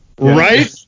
right